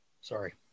sorry